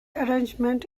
arrangement